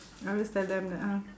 I always tell them that ah